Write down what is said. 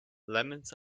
lemons